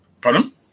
Pardon